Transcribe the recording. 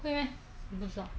会 meh in terms of